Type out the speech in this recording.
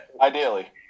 Ideally